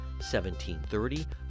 1730